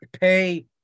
pay